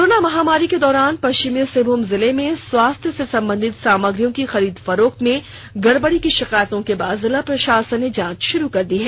corona महामारी के दौरान पश्चिमी सिंहभूम जिले में स्वास्थ्य से संबंधित सामग्रियों की खरीद फरोख्त में गड़बड़ी की शिकायतों के बाद जिला प्रशासन ने जांच शुरू कर दी है